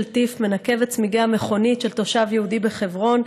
טי"פ מנקב את צמיגי המכונית של תושב יהודי בחברון,